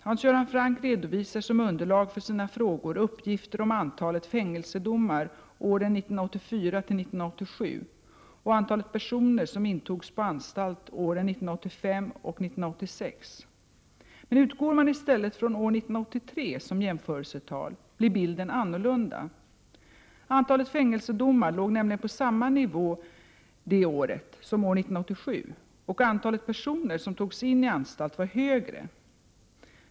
Hans Göran Franck redovisar som underlag för sina frågor uppgifter om antalet fängelsedomar åren 1984-1987 och antalet personer som intogs på anstalt åren 1985 och 1986. Utgår man i stället från år 1983 som jämföresetal blir bilden annorlunda. Antalet fängelsedomar låg nämligen på samma nivå detta år som år 1987, och antalet personer som togs in i anstalt var högre.